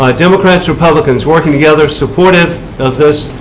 ah democrats, republicans working together, supportive of this